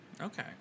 Okay